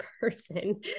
person